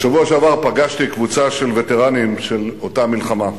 בשבוע שעבר פגשתי קבוצה של וטרנים של אותה מלחמה,